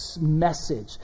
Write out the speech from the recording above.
message